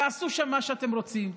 תעשו שם מה שאתם רוצים.